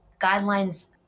guidelines